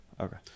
Okay